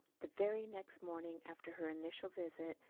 the very next morning after her initial visit,